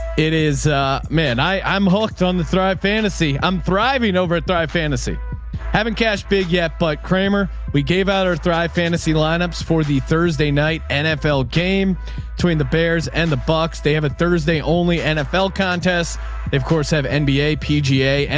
it is a man. i i'm hooked on the thrive fantasy. i'm thriving over at thrive fantasy having cash big yet. but kramer, we gave out our thrive fantasy lineups for the thursday night nfl game between the bears and the bucks. they have a thursday only nfl contest. they of course have and nba pga, and